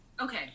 Okay